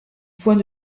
point